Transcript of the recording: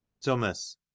Thomas